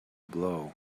blow